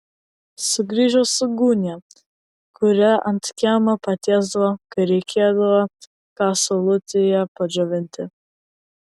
sugrįžo su gūnia kurią ant kiemo patiesdavo kai reikėdavo ką saulutėje padžiovinti